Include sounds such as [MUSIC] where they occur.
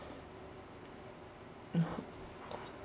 [NOISE]